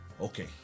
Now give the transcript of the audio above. Okay